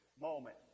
moment